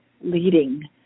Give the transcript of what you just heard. leading